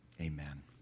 Amen